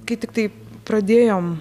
kai tiktai pradėjom